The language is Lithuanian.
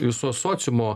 viso sociumo